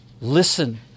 Listen